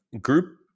group